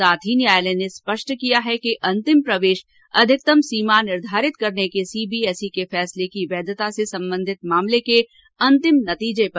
साथ ही न्यायालय ने स्पष्ट किया है कि अंतिम प्रवेश अधिकतम सीमा निर्धारित करने के सीबीएसई के फैसले की वैधता से सबंधित मामले के अंतिम नतीजे पर निर्मर करेगा